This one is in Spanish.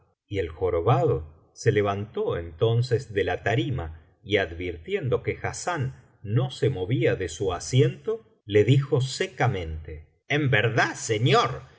y el jorobado se levantó entonces de la tarima y advirtiendo que hassán no se movía de su asiento le dijo secamente en verdad señor